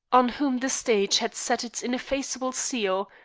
on whom the stage had set its ineffaceable seal,